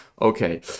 okay